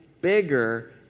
bigger